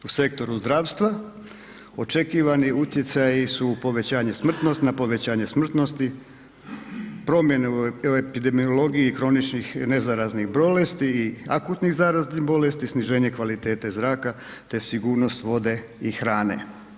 U sektoru zdravstva očekivani utjecaji su povećanje smrtnost, na povećanje smrtnosti, promjene u epidemiologiji kroničnih nezaraznih bolesti i akutnih zaraznih bolesti, sniženje kvalitete zraka, te sigurnost vode i hrane.